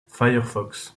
firefox